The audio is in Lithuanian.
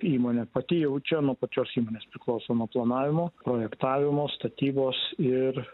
įmonė pati jau čia nuo pačios įmonės priklauso nuo planavimo projektavimo statybos ir